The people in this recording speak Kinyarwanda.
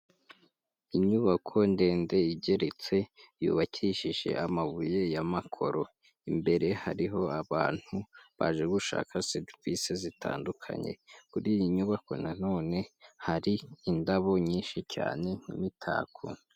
Inyubako ndende igeretse yubakishije amabuye y'amakoro, imbere hariho abantu baje gushaka serivisi zitandukanye kuri iyi nyubako nanone hari indabo nyinshi cyane nk'imitako.